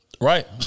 Right